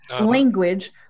language